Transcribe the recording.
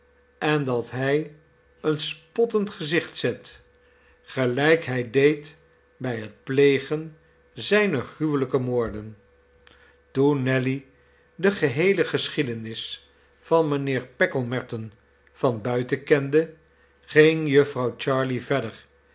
en dat hij een spottend gezicht zet gelijk hij deed bij het plegen zijner gruwelijke moorden toen nelly de geheele geschiedenis van mijnheer packlemerton van buiten kende ging jufvrouw jarley verder